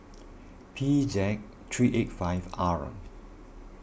P Z three eight five R